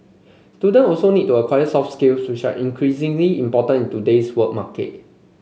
student also need to acquire soft skills which are increasingly important in today's work market